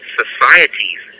societies